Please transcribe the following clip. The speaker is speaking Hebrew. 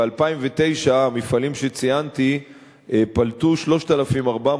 ב-2009 המפעלים שציינתי פלטו 3,400